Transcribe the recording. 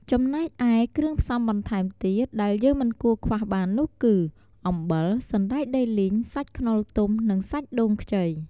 ចំណែកឯ គ្រឿងផ្សំំបន្ថែមទៀតដែលយើងមិនគួរខ្វះបាននោះគឺ អំបិល សណ្ដែកដីលីង សាច់ខ្នុរទុំ និងសាច់ដូងខ្ចី។